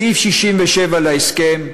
סעיף 67 להסכם,